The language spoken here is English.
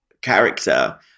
character